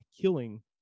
killing